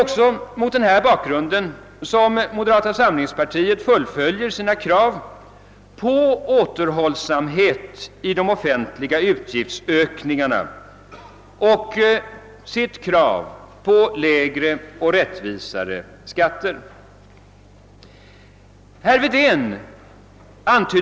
Det är mot denna bakgrund som moderata samlingspartiet fullföljer sina krav på återhållsamhet i de offentliga utgiftsökningarna och på lägre och rättvisare skatter.